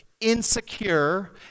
insecure